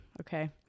okay